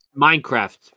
Minecraft